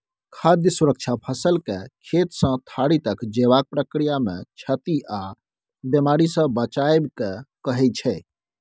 खाद्य सुरक्षा फसलकेँ खेतसँ थारी तक जेबाक प्रक्रियामे क्षति आ बेमारीसँ बचाएब केँ कहय छै